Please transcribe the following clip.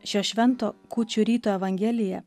šio švento kūčių ryto evangelija